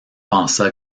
pensa